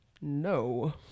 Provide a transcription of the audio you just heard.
no